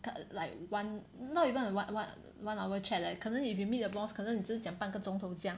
like one not even a one one hour chat leh 可能 if you meet the boss 可能你只是讲半个钟头这样